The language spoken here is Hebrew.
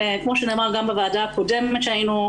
כמו שנאמר גם בוועדה הקודמת שהיינו,